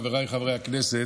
חבריי חברי הכנסת,